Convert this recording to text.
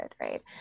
right